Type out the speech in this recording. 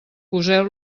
poseu